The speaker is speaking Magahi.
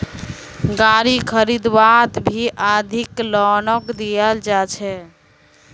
गारी खरीदवात भी अवधि लोनक दियाल जा छे